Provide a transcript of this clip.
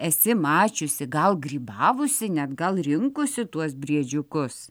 esi mačiusi gal grybavusi net gal rinkusi tuos briedžiukus